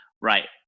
right